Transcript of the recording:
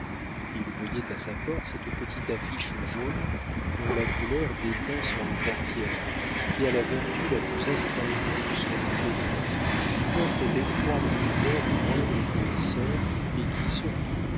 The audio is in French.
il voyait à sa porte cette petite affiche jaune dont la couleur déteint sur les portières qui a la vertu la plus astringente sur le crédit qui porte l'effroi dans le cœur des moindres fournisseurs et qui surtout